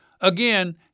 Again